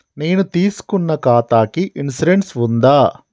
నేను తీసుకున్న ఖాతాకి ఇన్సూరెన్స్ ఉందా?